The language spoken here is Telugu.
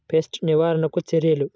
పెస్ట్ నివారణకు చర్యలు?